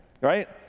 right